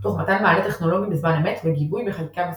תוך מתן מענה טכנולוגי בזמן אמת וגיבוי בחקיקה מסודרת.